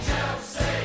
Chelsea